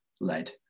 led